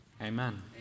Amen